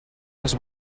als